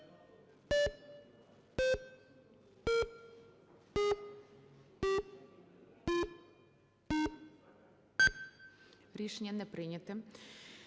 Рішення не прийнято.